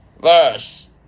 verse